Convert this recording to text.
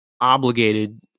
obligated